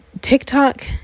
TikTok